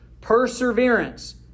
Perseverance